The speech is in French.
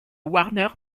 warner